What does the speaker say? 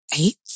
eight